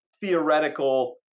theoretical